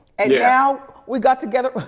and now we got together.